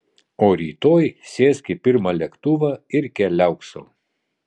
o rytoj sėsk į pirmą lėktuvą ir keliauk sau